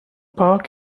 park